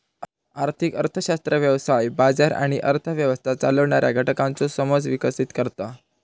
आर्थिक अर्थशास्त्र व्यवसाय, बाजार आणि अर्थ व्यवस्था चालवणाऱ्या घटकांचो समज विकसीत करता